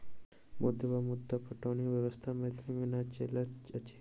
मद्दु वा मद्दा पटौनी व्यवस्था मिथिला मे नै चलैत अछि